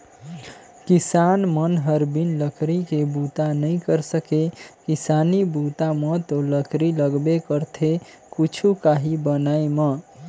किसान मन हर बिन लकरी के बूता नइ कर सके किसानी बूता म तो लकरी लगबे करथे कुछु काही बनाय म